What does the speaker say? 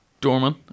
Dorman